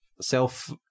self